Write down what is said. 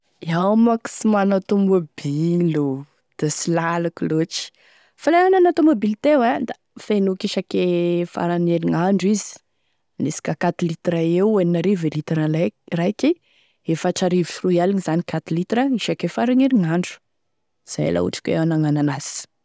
Iaho moa ka sy managny tomobilo da sy lalako loatry fa la iaho nana tomobilo teo da fenoky isake farane herinandro izy, anisika quat litres eo enina arivo e litre raiky, efatra arivo sy roy aligny zany quat litres isake farane herinandro, izay la ohatry ka iaho nagnano an'azy.